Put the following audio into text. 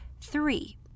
Three